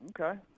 Okay